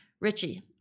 Richie